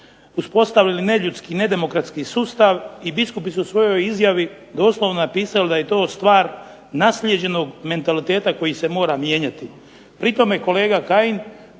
uspostavili neljudski, nedemokratski sustav, i biskupi su u svojoj izjavi doslovno napisali da je to stvar naslijeđenog mentaliteta koji se mora mijenjati.